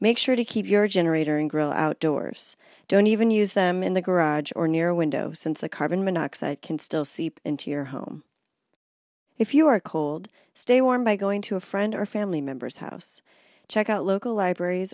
make sure to keep your generator and grill outdoors don't even use them in the garage or near a window since a carbon monoxide can still see into your home if you are cold stay warm by going to a friend or family member's house check out local libraries